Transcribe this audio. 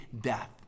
death